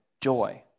joy